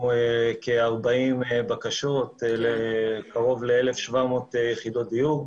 כ-40 בקשות לקרוב ל-1,700 יחידות דיור.